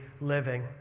living